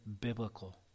biblical